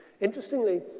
Interestingly